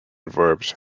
verbs